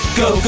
go